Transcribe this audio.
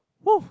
!whoo!